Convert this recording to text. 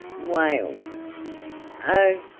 wailed oh,